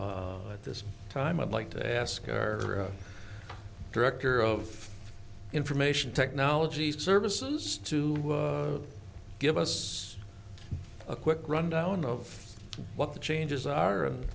at this time i'd like to ask her director of information technology services to give us a quick rundown of what the changes are